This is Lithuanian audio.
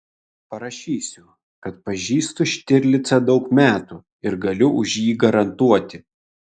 parašysiu kad pažįstu štirlicą daug metų ir galiu už jį garantuoti